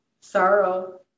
sorrow